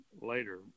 later